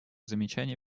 замечаний